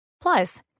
Plus